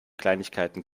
kleinigkeiten